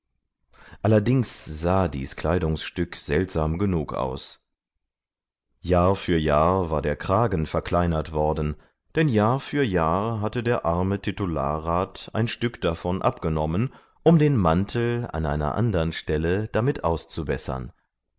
allerdings sah dies kleidungsstück seltsam genug aus jahr für jahr war der kragen verkleinert worden denn jahr für jahr hatte der arme titularrat ein stück davon abgenommen um den mantel an einer andern stelle damit auszubessern